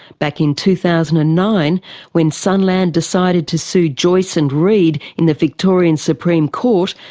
back in two thousand and nine when sunland decided to sue joyce and reed in the victorian supreme court,